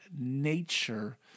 nature